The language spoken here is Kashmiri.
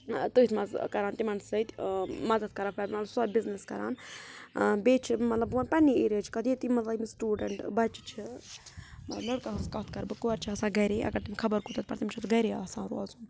تٔتھۍ منٛز کَران تِمَن سۭتۍ مَدَت کَران سۄ بِزنِس کَران بیٚیہِ چھِ مطلب بہٕ وَنہٕ پَنٛنہِ ایریاہٕچ کَتھ ییٚتہِ مطلب ییٚمِس سٹوٗڈَنٛٹ بَچہِ چھِ لٔڑکَن ہٕنٛز کَتھ کَرٕ بہٕ کورِ چھِ آسان گَرے اَگَر تِم خبر کوٗتاہ تِم چھِ اَتھ گَرے آسان روزُن